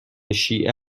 شیعه